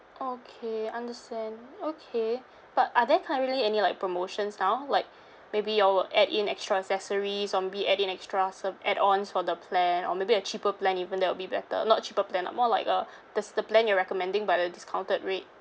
okay understand okay but are there currently any like promotions now like maybe you all will add in extra accessories or maybe add in extra serv~ add-ons for the plan or maybe a cheaper plan even that will be better not cheaper plan ah more like uh the s~ the plan you're recommending but at a discounted rate